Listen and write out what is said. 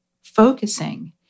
focusing